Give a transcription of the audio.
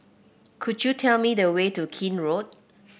could you tell me the way to Keene Road